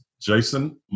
Jason